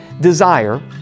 desire